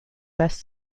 best